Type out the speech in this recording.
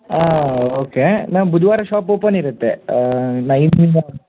ಹಾಂ okay ma'am ಬುಧವಾರ shop open ಇರತ್ತೆ ನೈನ್ ಇಂದ